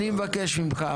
אני מבקש ממך